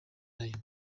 nayo